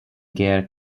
gear